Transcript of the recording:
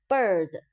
Bird